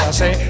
say